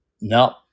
no